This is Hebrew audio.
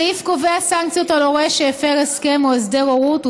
הסעיף קובע סנקציות על הורה שהפר הסכם או הסדר הורות,